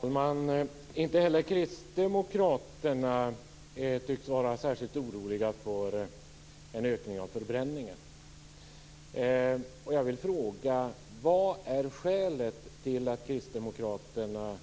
Fru talman! Inte heller kristdemokraterna tycks vara särskilt oroliga för en ökning av förbränningen. Vilket är skälet till att kristdemokraterna